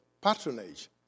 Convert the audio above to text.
patronage